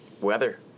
weather